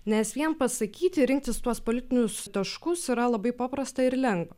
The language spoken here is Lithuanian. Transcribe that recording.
nes vien pasakyti rinktis tuos politinius taškus yra labai paprasta ir lengva